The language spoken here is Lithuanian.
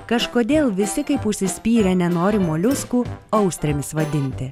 kažkodėl visi kaip užsispyrę nenori moliuskų austrėmis vadinti